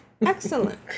Excellent